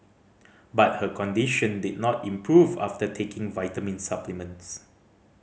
but her condition did not improve after taking vitamin supplements